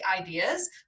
ideas